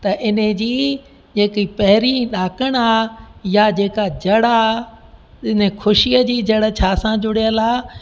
त इन जी जेकी पहिरीं ॾाकण आहे यां जेकी जड़ आहे इन ख़ुशीअ जी जड़ छा सां जुड़ियलु आहे